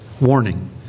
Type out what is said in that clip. warning